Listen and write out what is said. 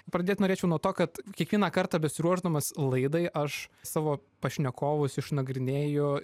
pradėt norėčiau nuo to kad kiekvieną kartą besiruošdamas laidai aš savo pašnekovus išnagrinėju